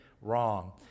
wrong